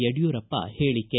ಯಡ್ಕೂರಪ್ಪ ಹೇಳಿಕೆ